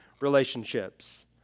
relationships